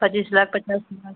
पच्चीस लाख पचास लाख